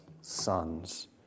sons